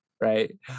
right